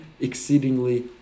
exceedingly